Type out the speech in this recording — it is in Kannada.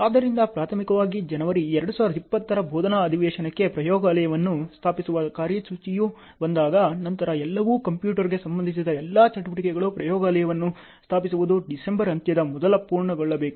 ಆದ್ದರಿಂದ ಪ್ರಾಥಮಿಕವಾಗಿ ಜನವರಿ 2020 ರ ಬೋಧನಾ ಅಧಿವೇಶನಕ್ಕೆ ಪ್ರಯೋಗಾಲಯವನ್ನು ಸ್ಥಾಪಿಸುವ ಕಾರ್ಯಸೂಚಿಯು ಬಂದಾಗ ನಂತರ ಎಲ್ಲವೂ ಕಂಪ್ಯೂಟರ್ಗೆ ಸಂಬಂಧಿಸಿದ ಎಲ್ಲಾ ಚಟುವಟಿಕೆಗಳು ಪ್ರಯೋಗಾಲಯವನ್ನು ಸ್ಥಾಪಿಸುವುದು ಡಿಸೆಂಬರ್ ಅಂತ್ಯದ ಮೊದಲು ಪೂರ್ಣಗೊಳ್ಳಬೇಕು